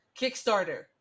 Kickstarter